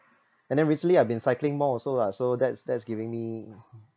and then recently I've been cycling more also lah so that's that's giving me